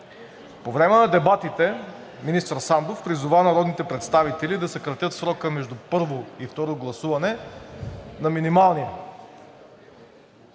По време на дебатите министър Сандов призова народните представители да съкратят срока между първо и второ гласуване на минималния,